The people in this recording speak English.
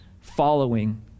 following